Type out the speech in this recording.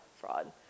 fraud